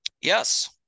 Yes